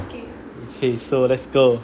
okay okay so let's go